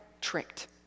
tricked